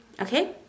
Okay